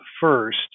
first